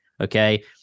Okay